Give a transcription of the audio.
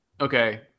okay